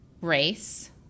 race